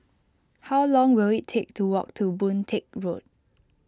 how long will it take to walk to Boon Teck Road